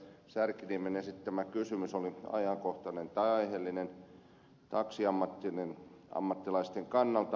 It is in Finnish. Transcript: särkiniemen esittämä kysymys oli aiheellinen taksiammattilaisten kannalta